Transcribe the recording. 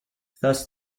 thus